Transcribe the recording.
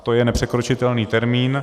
To je nepřekročitelný termín.